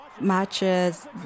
matches